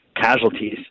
casualties